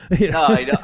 No